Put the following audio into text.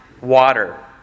Water